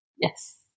Yes